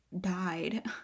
died